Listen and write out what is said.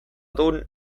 dun